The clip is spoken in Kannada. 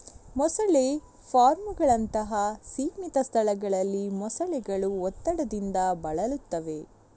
ಮೊಸಳೆ ಫಾರ್ಮುಗಳಂತಹ ಸೀಮಿತ ಸ್ಥಳಗಳಲ್ಲಿ ಮೊಸಳೆಗಳು ಒತ್ತಡದಿಂದ ಬಳಲುತ್ತವೆ